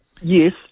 Yes